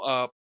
up